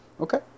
Okay